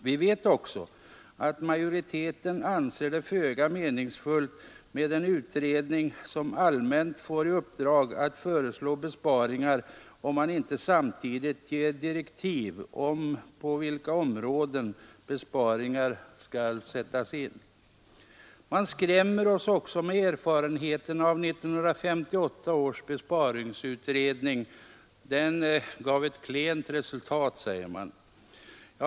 Vi vet också att majoriteten anser det föga meningsfullt med en utredning, som allmänt får i uppdrag att föreslå besparingar, om man inte samtidigt ger direktiv om på vilka områden besparingar skall sättas in. Man skrämmer oss med att 1958 års besparingsutredning gav ett klent resultat.